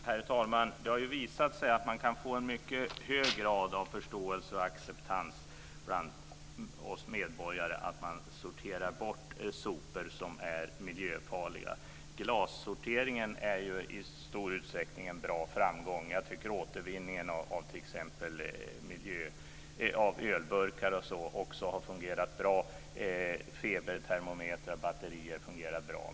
Herr talman! Det har ju visat sig att man kan få en mycket hög grad av förståelse och acceptans bland oss medborgare för att sortera bort sopor som är miljöfarliga. Glassorteringen är ju i stor utsträckning en bra framgång. Jag tycker att återvinningen av t.ex. ölburkar, febertermometrar och batterier också har fungerat bra.